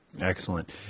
excellent